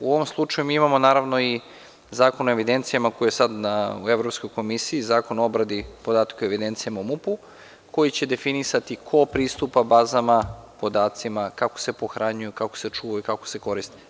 U ovom slučaju mi imamo i Zakon o evidencijama, koji je sada u Evropskoj komisiji, Zakon o obradi podataka o evidencijama u MUP-u, koji će definisati ko pristupa bazama, podacima, kako se pohranjuju, kako se čuvaju, kako se koriste.